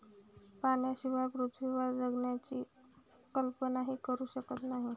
पाण्याशिवाय पृथ्वीवर जगण्याची कल्पनाही करू शकत नाही